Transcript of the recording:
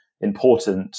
important